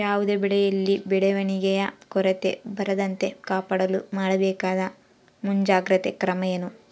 ಯಾವುದೇ ಬೆಳೆಯಲ್ಲಿ ಬೆಳವಣಿಗೆಯ ಕೊರತೆ ಬರದಂತೆ ಕಾಪಾಡಲು ಮಾಡಬೇಕಾದ ಮುಂಜಾಗ್ರತಾ ಕ್ರಮ ಏನು?